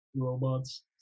robots